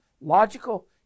logical